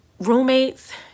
roommates